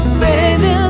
baby